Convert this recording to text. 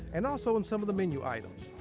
and also in some of the menu items.